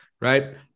right